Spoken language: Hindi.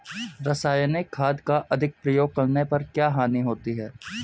रासायनिक खाद का अधिक प्रयोग करने पर क्या हानि होती है?